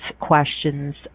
questions